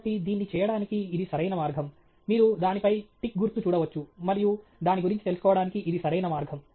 కాబట్టి దీన్ని చేయడానికి ఇది సరైన మార్గం మీరు దానిపై టిక్ గుర్తు చూడవచ్చు మరియు దాని గురించి తెలుసుకోవడానికి ఇది సరైన మార్గం